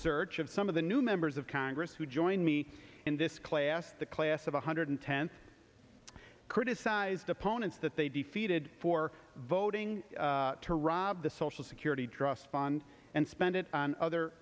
search of some of the new members of congress who joined me in this class the class of one hundred ten criticised opponents that they defeated for voting to rob the social security trust fund and spend it on other